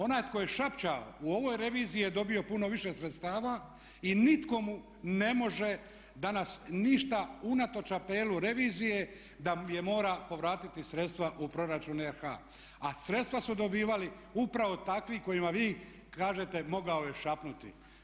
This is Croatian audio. Onaj tko je šapčao u ovoj reviziji je dobio puno više sredstava i nitko mu ne može danas ništa unatoč apelu revizije da je mora povratiti sredstva u proračun RH, a sredstva su dobivali upravo takvi kojima vi kažete mogao je šapnuti.